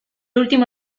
último